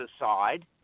aside